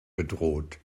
bedroht